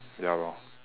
ya lor